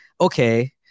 okay